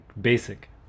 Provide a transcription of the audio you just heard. basic